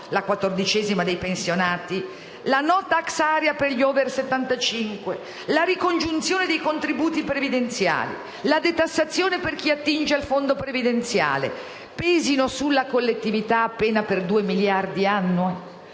la quattordicesima ai pensionati, la *no tax area* per gli *over* settantacinque, la ricongiunzione dei contributi previdenziali, la detassazione per chi attinge al fondo previdenziale pesino sulla collettività appena due miliardi annui?